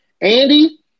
Andy